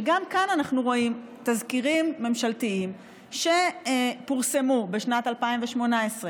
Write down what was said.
וגם כאן אנחנו רואים תזכירים ממשלתיים שפורסמו בשנת 2018,